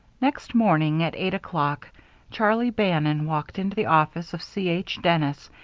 next morning at eight o'clock charlie bannon walked into the office of c. h. dennis,